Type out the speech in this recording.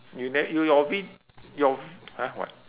you ne~ you your ve~ your v~ !huh! what